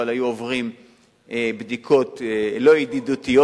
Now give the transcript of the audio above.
אבל היו עוברים בדיקות לא ידידותיות,